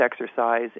exercise